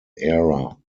era